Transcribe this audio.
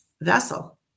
vessel